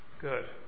Good